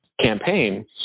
campaign